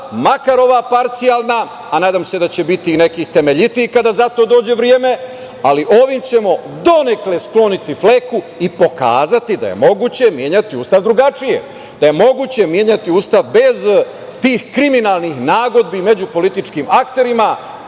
makar ova parcijalna, a nadam se da će biti i nekih temeljitijih kada za to dođe vreme, ali ovim ćemo donekle skloniti fleku i pokazati da je moguće menjati Ustav drugačije, da je moguće menjati Ustav bez tih kriminalnih nagodbi i međupolitičkim akterima,